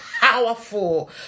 powerful